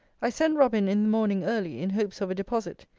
i sent robin in the morning early, in hopes of a deposit.